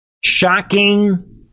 Shocking